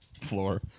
floor